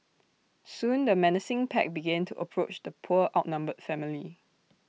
soon the menacing pack began to approach the poor outnumbered family